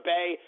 Bay